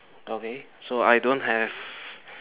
okay so I don't have